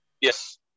Yes